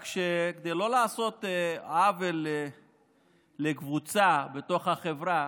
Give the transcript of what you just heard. רק שכדי לא לעשות עוול לקבוצה בתוך החברה,